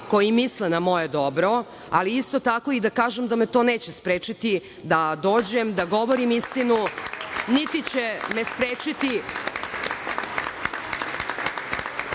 koji misle na moje dobro, ali isto tako i da kažem da me neće sprečiti da dođem da govorim istinu. Niti će me sprečiti